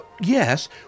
Yes